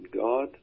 God